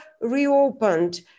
reopened